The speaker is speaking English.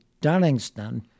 Dunningston